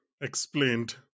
Explained